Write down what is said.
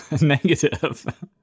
Negative